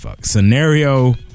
Scenario